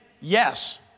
Yes